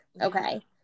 Okay